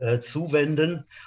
zuwenden